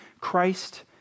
Christ